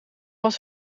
was